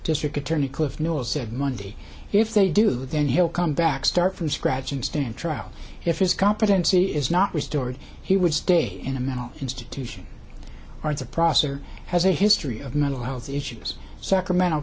district attorney cliff newell said monday if they do then he'll come back start from scratch and stand trial if his competency is not restored he would stay in a mental institution or the processor has a history of mental health issues sacramento